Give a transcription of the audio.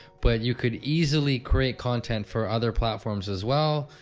but you could easily create content for other platforms as well,